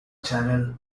channel